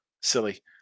silly